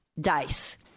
DICE